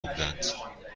بودند